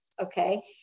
Okay